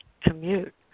commute